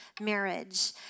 marriage